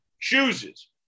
chooses